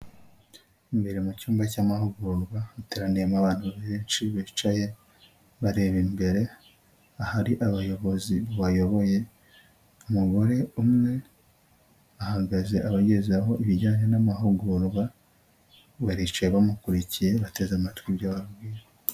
Imbere mu cyumba cy'amahugurwa, hateraniyemo abantu benshi bicaye bareba imbere ahari abayobozi bayoboye, umugore umwe ahagaze abagezeho ibijyanye n'amahugurwa, baricaye bamukurikiye, bateze amatwi ibyo ababwira.